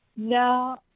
No